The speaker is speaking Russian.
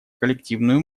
коллективную